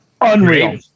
Unreal